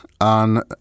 on